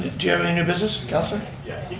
new business councilor? yeah